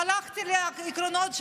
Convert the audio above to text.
הלכתי לפי העקרונות שלך.